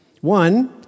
One